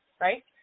right